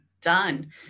done